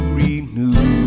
renew